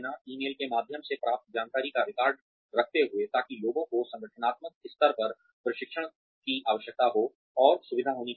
email के माध्यम से प्राप्त जानकारी का रिकॉर्ड रखते हुए ताकि लोगों को संगठनात्मक स्तर पर प्रशिक्षण की आवश्यकता हो और सुविधा होनी चाहिए